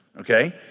okay